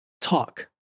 talk